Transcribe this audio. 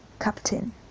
captain